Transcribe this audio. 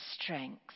strength